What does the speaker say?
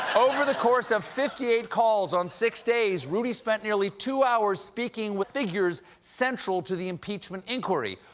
over the course of fifty eight calls on six days, rudy spent nearly two hours speaking with figures central to the impeachment inquiry.